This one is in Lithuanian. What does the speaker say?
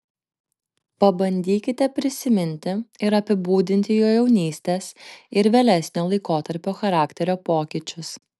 pabandykite prisiminti ir apibūdinti jo jaunystės ir vėlesnio laikotarpio charakterio pokyčius